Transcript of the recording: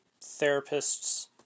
therapists